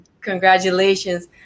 Congratulations